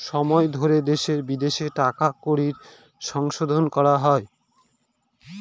সময় ধরে দেশে বিদেশে টাকা কড়ির সংশোধন করা হয়